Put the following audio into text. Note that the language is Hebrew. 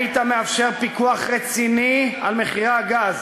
היית מאפשר פיקוח רציני על מחירי הגז,